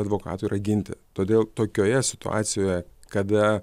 advokatui yra apginti todėl tokioje situacijoje kada